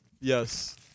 Yes